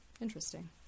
interesting